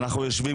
אנחנו יושבים,